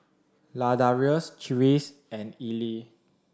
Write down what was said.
Ladarius Reese and Eli